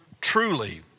truly